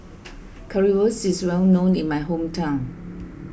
Currywurst is well known in my hometown